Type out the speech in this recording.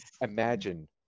imagine